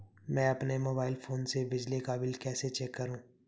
मैं अपने mobile phone से बिजली का बिल कैसे चेक करूं?